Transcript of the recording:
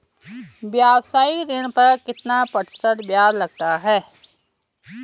व्यावसायिक ऋण पर कितना प्रतिशत ब्याज लगता है?